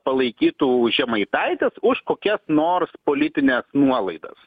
palaikytų žemaitaitis už kokias nors politines nuolaidas